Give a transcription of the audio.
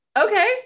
Okay